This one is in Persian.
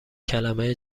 کلمه